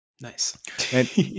nice